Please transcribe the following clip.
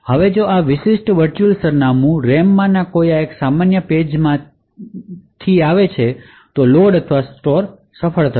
હવે જો આ વિશિષ્ટ વર્ચ્યુઅલ સરનામું રેમમાંના આ સામાન્ય વિશ્વ પેજમાંથી એકમાં આવે છે તો લોડ અથવા સ્ટોર સફળ થશે